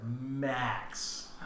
max